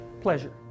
pleasure